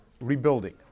rebuilding